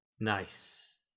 Nice